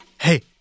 Hey